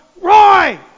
Roy